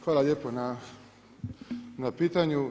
Hvala lijepo na pitanju.